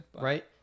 right